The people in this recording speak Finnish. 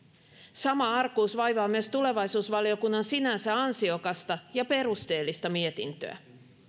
sama arkuus vaivaa myös tulevaisuusvaliokunnan sinänsä ansiokasta ja perusteellista mietintöä